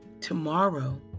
Tomorrow